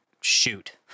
shoot